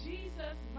Jesus